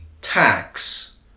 tax